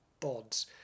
bods